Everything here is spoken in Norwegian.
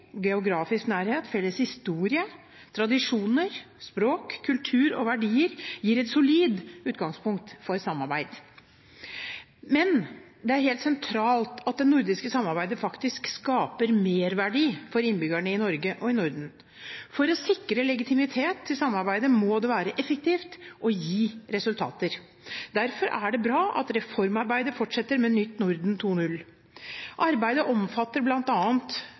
geografisk nærhet, felles historie, tradisjoner, språk, kultur og verdier gir et solid utgangspunkt for samarbeid. Men det er helt sentralt at det nordiske samarbeidet faktisk skaper merverdi for innbyggerne i Norge og i Norden. For å sikre legitimitet til samarbeidet må det være effektivt og gi resultater. Derfor er det bra at reformarbeidet fortsetter med Nytt Norden 2.0. Arbeidet omfatter